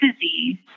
disease